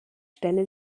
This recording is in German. stelle